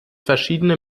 verschiedene